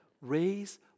raise